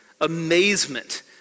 Amazement